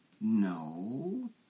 No